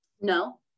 No